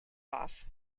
off